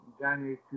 January